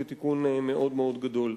ותיקון גדול מאוד.